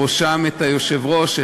בראשם את היושב-ראש,